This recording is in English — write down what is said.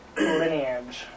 lineage